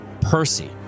Percy